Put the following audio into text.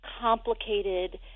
complicated